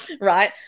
right